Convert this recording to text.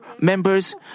members